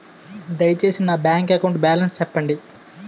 దయచేసి నా bank account balance చెప్పండి